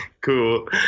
cool